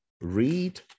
read